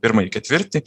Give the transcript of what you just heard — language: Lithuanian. pirmąjį ketvirtį